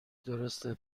درسته